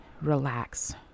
relax